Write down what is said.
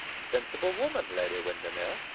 sensible woman, lady windermere.